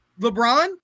LeBron